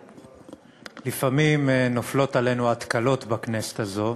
לפעמים נופלות עלינו התקלות בכנסת הזאת,